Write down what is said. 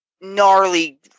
gnarly